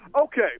Okay